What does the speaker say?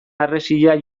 harresia